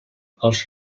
els